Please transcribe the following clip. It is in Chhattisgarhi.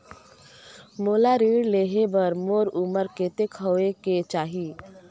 मोला ऋण लेहे बार मोर उमर कतेक होवेक चाही?